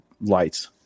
lights